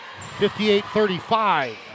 58-35